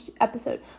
episode